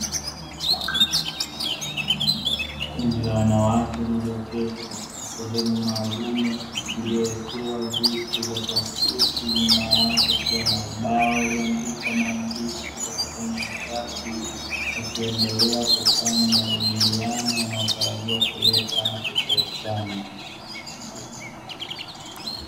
Kundi la wanawake lililoketi katika sehemu maalumu lililowekewa viti vya plastiki, nyuma yao kukiwa na ubao ulioandikwa maandishi kwa kutumia chaki, wakiendelea kufanya majadiliano na baadhi yakileta matokeo chanya .